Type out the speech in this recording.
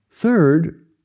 Third